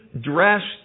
dressed